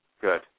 Good